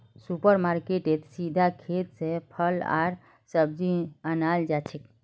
super मार्केटेत सीधा खेत स फल आर सब्जी अनाल जाछेक